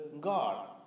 God